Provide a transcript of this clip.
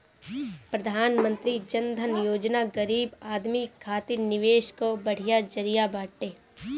प्रधानमंत्री जन धन योजना गरीब आदमी खातिर निवेश कअ बढ़िया जरिया बाटे